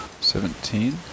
Seventeen